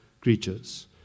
creatures